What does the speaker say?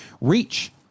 reach